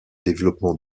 développement